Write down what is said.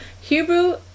hebrew